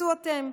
תשפטו אתם,